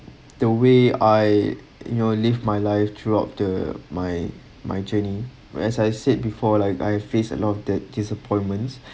the way I you know live my life throughout the my my journey when as I said before like I faced a lot of that disappointments